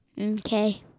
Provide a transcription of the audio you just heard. Okay